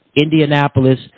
Indianapolis